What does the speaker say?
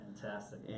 Fantastic